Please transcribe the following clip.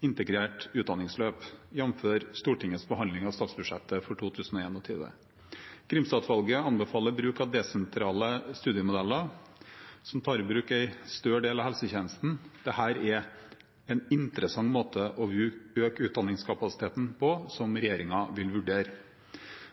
integrert utdanningsløp, jf. Stortingets behandling av statsbudsjettet for 2021. Grimstad-utvalget anbefalte bruk av desentrale studiemodeller som tar i bruk en større del av helsetjenesten. Dette er en interessant måte å øke utdanningskapasiteten på, som regjeringen vil vurdere.